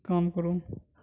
کام کروں